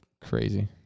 Crazy